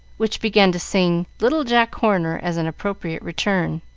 which began to sing little jack horner as an appropriate return.